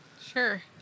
Sure